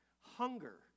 hunger